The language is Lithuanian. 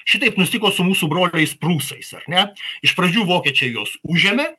šitaip nustiko su mūsų broliais prūsais ar ne iš pradžių vokiečiai juos užėmė